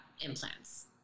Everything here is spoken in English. implants